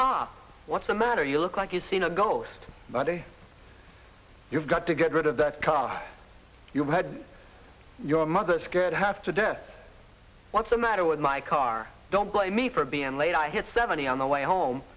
are what's the matter you look like you seen a ghost the day you've got to get rid of that car you had your mothers good half to death what's the matter with my car don't blame me for being late i hit seventy on the way home